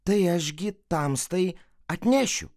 tai aš gi tamstai atnešiu